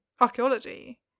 archaeology